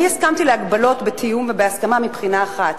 אני הסכמתי להגבלות בתיאום והסכמה מבחינה אחת: